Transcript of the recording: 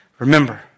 Remember